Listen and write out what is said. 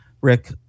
Rick